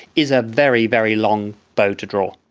is a very, very long bow to draw.